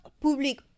public